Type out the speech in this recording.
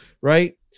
right